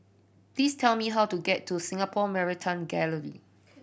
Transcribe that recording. please tell me how to get to Singapore Maritime Gallery